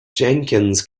jenkins